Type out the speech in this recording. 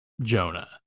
Jonah